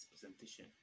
presentation